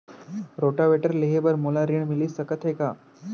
Rotavator लेहे बर मोला ऋण मिलिस सकत हे का?